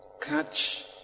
catch